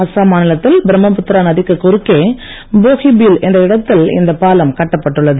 அசாம் மாநிலத்தில் பிரம்மபுத்திரா நதிக்கு குறுக்கே போகிபீல் என்ற இடத்தில் இந்த பாலம் கட்டப்பட்டுள்ளது